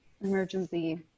emergency